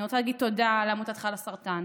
אני רוצה להגיד תודה לעמותת חלאסרטן